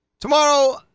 Tomorrow